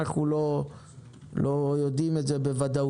אנחנו לא יודעים את זה בוודאות.